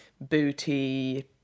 booty